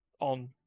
on